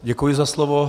Děkuji za slovo.